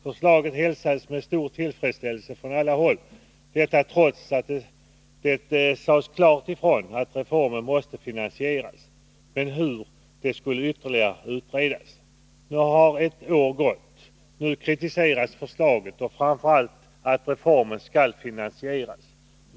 Förslaget hälsades med stor tillfredsställelse från alla håll, detta trots att det sades klart ifrån att reformen måste finansieras. Men hur — det skulle utredas ytterligare. Nu har ett år gått. Nu kritiseras förslaget och framför allt att reformen skall finansieras.